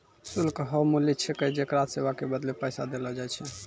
शुल्क हौअ मूल्य छिकै जेकरा सेवा के बदले पैसा देलो जाय छै